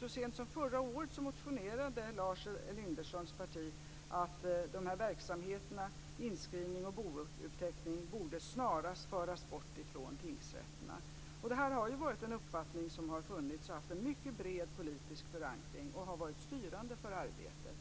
Så sent som förra året motionerade Lars Elindersons parti om att de här verksamheterna, inskrivning och bouppteckning, snarast borde föras bort från tingsrätterna. Det är ju den uppfattning som har funnits. Den har haft en mycket bred politisk förankring och har varit styrande för arbetet.